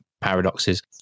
paradoxes